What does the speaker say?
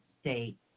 state